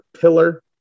pillar